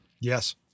Yes